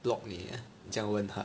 block 你 uh 你这样问他